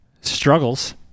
struggles